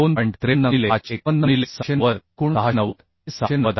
53 गुणिले 551 गुणिले 690 एकूण 690 हे 690 आहे